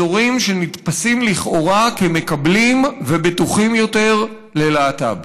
אזורים שנתפסים לכאורה כמקבלים וכבטוחים יותר ללהט"ב.